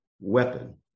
weapon